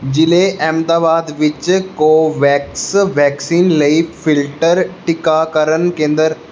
ਜ਼ਿਲ੍ਹੇ ਅਹਿਮਦਾਬਾਦ ਵਿੱਚ Covax vaccine ਲਈ ਫਿਲਟਰ ਟੀਕਾਕਰਨ ਕੇਂਦਰ